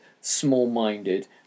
small-minded